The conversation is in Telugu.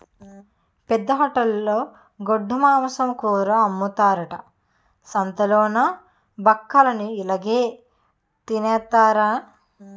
పెద్ద హోటలులో గొడ్డుమాంసం కూర అమ్ముతారట సంతాలలోన బక్కలన్ని ఇలాగె తినెత్తన్నారు